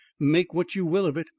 make what you will of it.